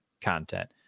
content